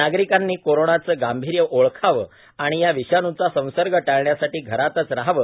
नागरिकांनी कोरोनाचे गांभीर्य ओळखाव व या विषाणूचा संसर्ग टाळण्यासाठी घरातच रहावे